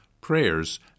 prayers